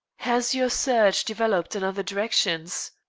has your search developed in other directions?